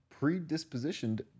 predispositioned